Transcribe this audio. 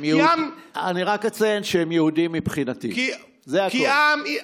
אני רק אציין שהם יהודים מבחינתי, זה הכול.